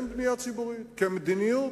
כמדיניות,